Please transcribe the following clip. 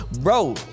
bro